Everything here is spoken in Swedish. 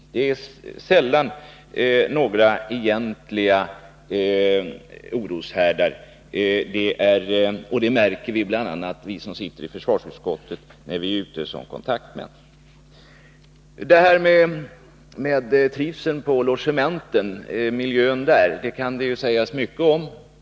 Det är sällan fråga om några politiska oroshärdar på förbanden. Det lägger bl.a. vi som sitter i försvarsutskottet märke till när vi är ute i egenskap av kontaktmän. Om trivseln på logementen och om miljön där kan mycket sägas.